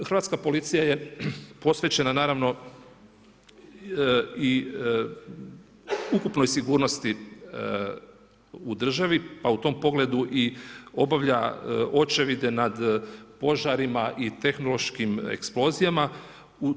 Hrvatska policija je posvećena, naravno, i ukupnoj sigurnosti u državi, pa u tom pogledu i obavlja očevide nad požarima i tehnološkim eksplozijama.